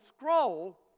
scroll